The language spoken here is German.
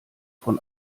von